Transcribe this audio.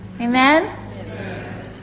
Amen